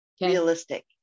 Realistic